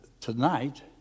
tonight